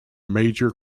major